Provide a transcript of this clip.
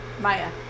Maya